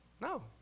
No